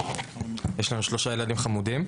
יש לנו שלושה ילדים חמודים.